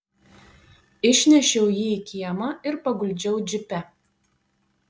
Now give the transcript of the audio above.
išnešiau jį į kiemą ir paguldžiau džipe